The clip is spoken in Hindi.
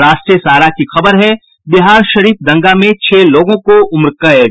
राष्ट्रीय सहारा की खबर है बिहारशरीफ दंगा में छह लोगों को उम्रकैद